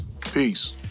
Peace